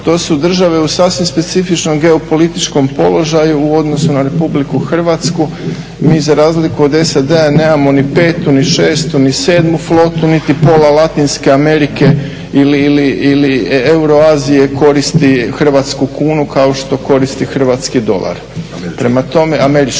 to su države u sasvim specifičnom geopolitičkom položaju u odnosu na Republiku Hrvatsku. Mi za razliku od SAD-a nemamo ni 5., i 6., ni 7. flotu niti pola Latinske Amerike ili Euroazije koristi hrvatsku kunu kao što koristi američki dolar. Prema tome, mislim